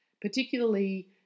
particularly